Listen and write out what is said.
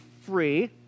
free